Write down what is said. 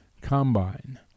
combine